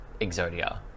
Exodia